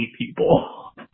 people